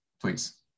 please